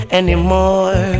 anymore